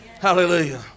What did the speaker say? Hallelujah